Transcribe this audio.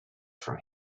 from